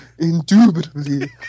Indubitably